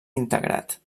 integrat